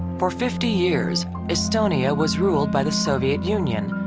for fifty years estonia was ruled by the soviet union,